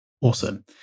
Awesome